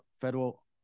federal